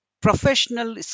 professional